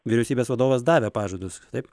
vyriausybės vadovas davė pažadus taip